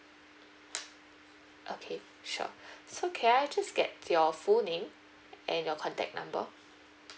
okay sure so can I just get your full name and your contact number